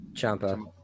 champa